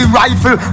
rifle